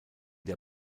der